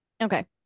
okay